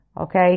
Okay